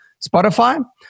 Spotify